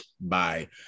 bye